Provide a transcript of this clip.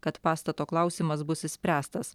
kad pastato klausimas bus išspręstas